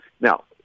Now